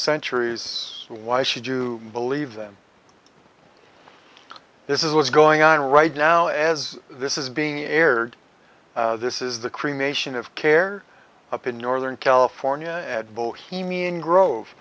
centuries why should you believe them this is what's going on right now as this is being aired this is the cremation of care up in northern california at bohemian grove